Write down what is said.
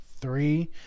three